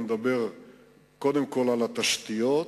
אני מדבר קודם כול על התשתיות,